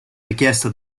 richiesta